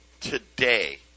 today